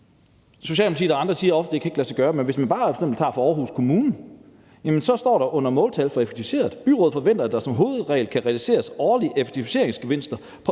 Socialdemokratiet og andre ofte siger, at det ikke kan lade sig gøre, men hvis man bare tager Aarhus Kommune, står der under måltallet for effektiviseringer: Byrådet forventer, at der som hovedregel kan realiseres årlige effektiviseringsgevinster på